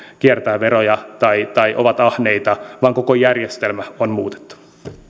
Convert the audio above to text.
kiertävät veroja tai tai ovat ahneita vaan koko järjestelmä on muutettava